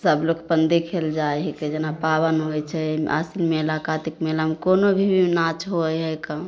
सभ लोक अपन देखैले जाइ हिके जेना पाबैन होइ छै आसिन मेला कातिक मेलामे कोनो भी नाच होइ हइ कन